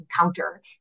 encounter